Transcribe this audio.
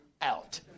out